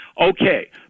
Okay